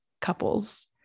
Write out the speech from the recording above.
couples